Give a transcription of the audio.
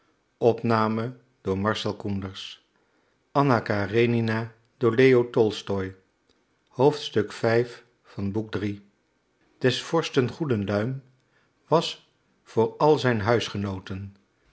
des vorsten goede luim was voor al zijn huisgenooten